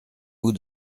vous